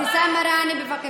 אבתיסאם מראענה, בבקשה.